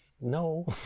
no